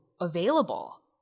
available